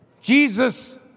Jesus